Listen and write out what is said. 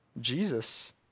Jesus